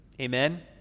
Amen